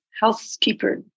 housekeeper